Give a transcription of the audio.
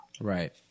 Right